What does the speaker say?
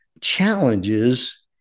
challenges